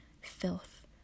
filth